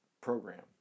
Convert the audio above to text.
program